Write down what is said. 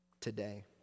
today